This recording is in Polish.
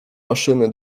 maszyny